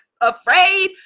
afraid